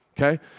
Okay